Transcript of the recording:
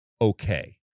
okay